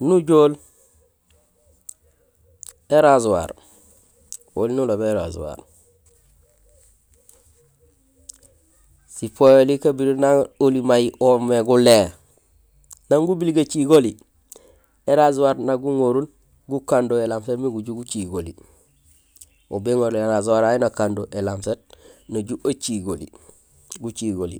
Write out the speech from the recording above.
Nujool; é rasoir, oli nulobé é rasoir; sipayoli kabiring nang oli may oomé gulé; nang gubil gacigoli; é rasoir nak guŋorul gukando é lame set min guju gucigoli; ho bé gorul é rasoir yayu min akando é lame set naju acigoli; gucigoli.